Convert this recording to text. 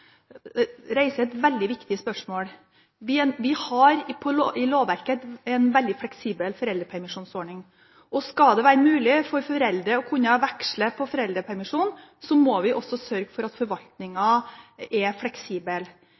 reiser et veldig viktig spørsmål. Vi har i lovverket en veldig fleksibel foreldrepermisjonsordning. Skal det være mulig for foreldre å kunne veksle på foreldrepermisjonen, må vi også sørge for at forvaltningen er fleksibel.